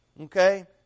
okay